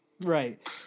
right